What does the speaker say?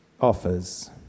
offers